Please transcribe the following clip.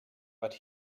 but